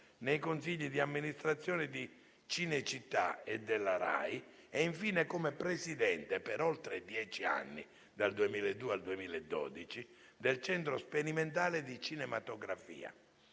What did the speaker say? nei consigli di amministrazione di Cinecittà e della Rai e, infine, come Presidente, per oltre dieci anni, dal 2002 al 2012, del Centro sperimentale di cinematografia.